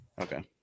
Okay